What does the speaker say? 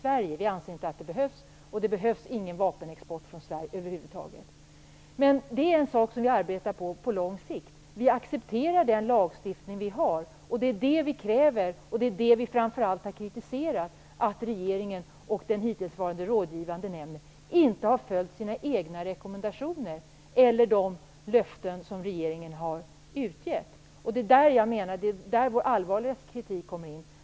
Vi anser inte att den behövs, och det behövs ingen vapenexport från Sverige över huvud taget. Men detta är något vi arbetar för på lång sikt. Vi accepterar den lagstiftning som finns. Det vi framför allt har kritiserat är att regeringen och den hittillsvarande rådgivande nämnden inte har följt sina egna rekommendationer eller de löften regeringen har givit. Detta kräver vi att de gör. Det är här vår allvarligaste kritik kommer in.